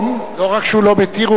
לא רק שהוא לא מתיר,